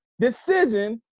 decision